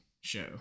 show